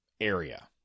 area